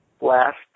last